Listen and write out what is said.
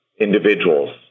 individuals